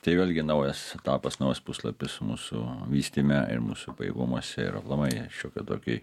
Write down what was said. tai vėlgi naujas etapas naujas puslapis mūsų vystyme ir mūsų pajėgumuose ir aplamai šioki toki